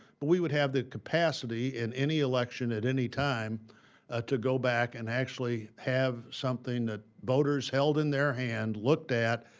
but we would have the capacity in any election at any time to go back and actually have something that voters held in their hand, looked at,